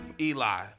Eli